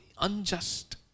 unjust